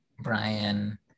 Brian